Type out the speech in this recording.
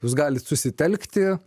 jūs galit susitelkti